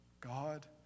God